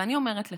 ואני אומרת לך,